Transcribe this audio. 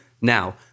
Now